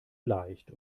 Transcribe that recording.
leicht